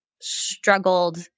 struggled